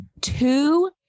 two